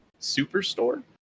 Superstore